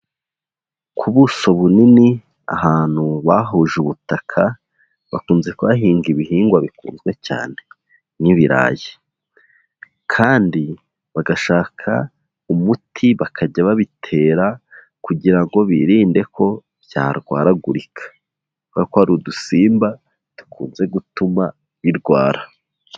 Ku buso bunini, ahantu bahuje ubutaka, bakunze kuhahinga ibihingwa bikunzwe cyane nk'ibirayi, kandi bagashaka umuti bakajya babitera, kugira ngo birinde ko byarwaragurika, kubera ko hari udusimba dukunze gutuma birwara.